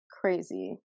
crazy